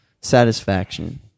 satisfaction